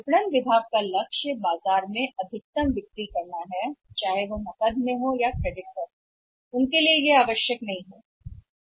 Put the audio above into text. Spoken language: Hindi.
विपणन विभाग का उद्देश्य बेचना है बाजार में अधिकतम चाहे वह नकदी पर हो या क्रेडिट पर जो उनके लिए महत्वपूर्ण नहीं है